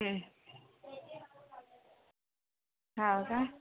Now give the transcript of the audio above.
हो का